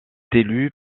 élus